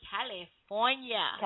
California